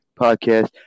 podcast